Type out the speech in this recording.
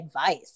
advice